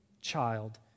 child